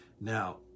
Now